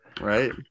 right